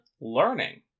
learning